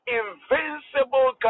invincible